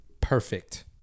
Perfect